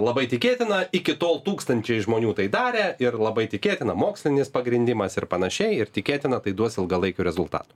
labai tikėtina iki tol tūkstančiai žmonių tai darę ir labai tikėtina mokslinis pagrindimas ir panašiai ir tikėtina tai duos ilgalaikių rezultatų